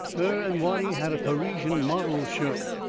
her and watty had a parisian models' show.